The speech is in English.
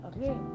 Okay